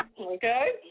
okay